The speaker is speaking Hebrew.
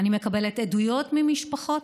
אני מקבלת עדויות ממשפחות,